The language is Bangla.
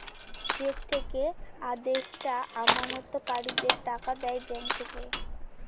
চেক থেকে আদেষ্টা আমানতকারীদের টাকা দেয় ব্যাঙ্ক থেকে